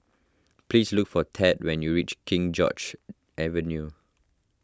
please look for Thad when you reach King George's Avenue